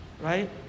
Right